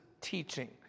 teaching